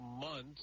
months